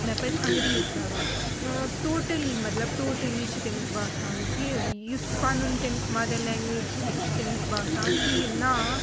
مےٚ پَزِ انٛگریٖزۍ کَرُن ٲں ٹوٹَلی مطلب ٹوٹَلی چھِ تٔمِس باسان کہِ یُس پَنُن تٔمِس مَدَر لینٛگویج چھُ سُہ چھُ تٔمِس باسان کہِ یہِ نا